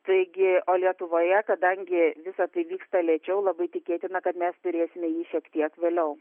taigi o lietuvoje kadangi visa tai vyksta lėčiau labai tikėtina kad mes turėsime jį šiek tiek vėliau